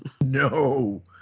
no